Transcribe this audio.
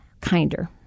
kinder